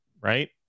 right